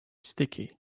sticky